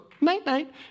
night-night